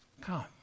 Come